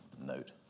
note